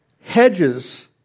Hedges